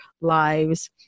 lives